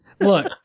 Look